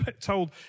told